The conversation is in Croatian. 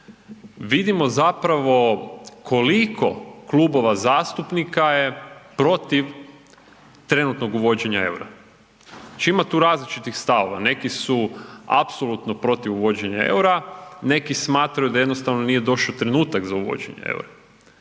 vidimo zapravo koliko klubova zastupnika je protiv trenutnog uvođenja eura. Znači ima tu različitih stavova, neki su apsolutno protiv uvođenja eura, neki smatraju da jednostavno nije došao trenutak za uvođenje eura.